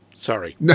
Sorry